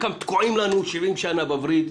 חלקם תקועים לנו 70 שנה בווריד.